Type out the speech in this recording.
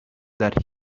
that